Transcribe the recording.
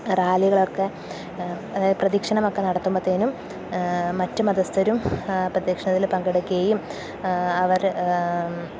റാലികളൊക്കെ അതായത് പ്രദക്ഷിണമൊക്കെ നടത്തുമ്പോഴത്തേനും മറ്റു മതസ്ഥരും പ്രദക്ഷിണത്തിൽ പങ്കെടുക്കുകയും അവർ